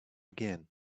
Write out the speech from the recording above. again